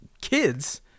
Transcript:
kids